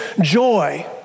joy